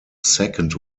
second